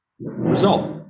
result